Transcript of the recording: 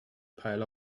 pile